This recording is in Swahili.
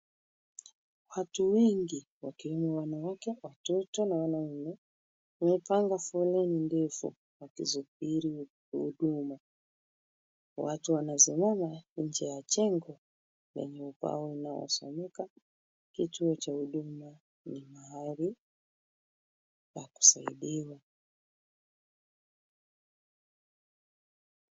Watu wengi wakiwemo wanawake, watoto na wanaume, wamepanga foleni ndefu wakisubiri huduma. Watu wanasimama nje ya jengo yenye ubao unaosomeka kichwa cha huduma. Ni mahali pa kusaidiwa.